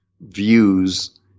views